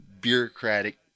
bureaucratic